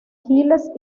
giles